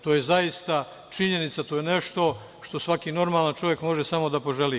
To je zaista činjenica, to je nešto što svaki normalan čovek može samo da poželi.